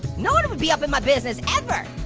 no one would be up in my business ever.